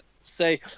say